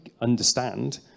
understand